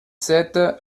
sept